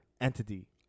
Entity